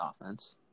offense